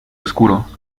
oscuro